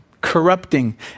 Corrupting